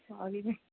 sorry ma'am